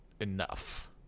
enough